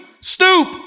stoop